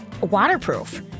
waterproof